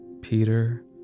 Peter